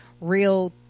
real